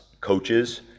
coaches